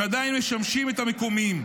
שעדיין משמשים את המקומיים.